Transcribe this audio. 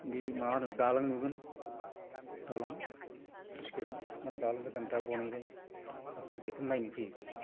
बे मा होनो दालां नुगोन दालां स्लुइस गेटाव दालां गोदान दा बनायबाय बेखौ नायनो फैयो